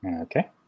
Okay